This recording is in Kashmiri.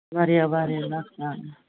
واریاہ واریاہ نۄقصان